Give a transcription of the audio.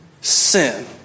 Sin